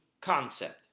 concept